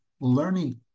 learning